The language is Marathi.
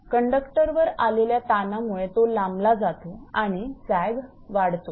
कंडक्टरवर आलेल्या ताणामुळे तो लांबला जातो आणि सॅग वाढतो